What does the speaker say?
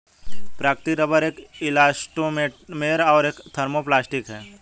प्राकृतिक रबर एक इलास्टोमेर और एक थर्मोप्लास्टिक है